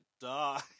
die